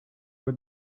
what